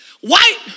White